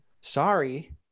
Sorry